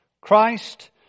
Christ